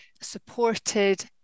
supported